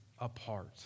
apart